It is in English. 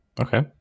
okay